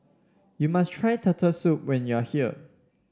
you must try Turtle Soup when you are here